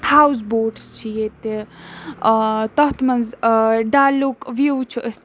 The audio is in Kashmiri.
ہاوُس بوٹٕس چھِ ییٚتہِ تَتھ منٛز ڈَلُک وِو چھُ أسۍ